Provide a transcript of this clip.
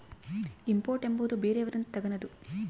import ಎಂಬುವುದು ಬೇರೆಯವರಿಂದ ತಗನದು